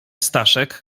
staszek